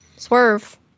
Swerve